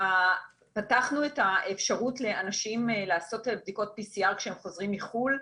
פתחנו את האפשרות לאנשים לעשות בדיקות PCR כשהם חוזרים מחו"ל,